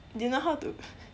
do you know how to